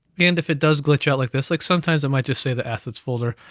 and if it does glitch out like this, like sometimes i might just say the assets folder,